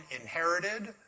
inherited